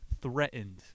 threatened